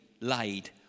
laid